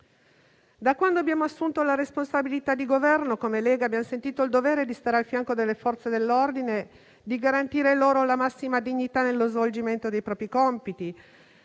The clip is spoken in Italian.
Da quando abbiamo assunto la responsabilità di Governo, come Lega abbiamo sentito il dovere di stare al fianco delle Forze dell'ordine, di garantire loro la massima dignità nello svolgimento dei propri compiti,